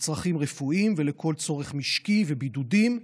לצרכים רפואיים ולכל צורך משקי ובידודים,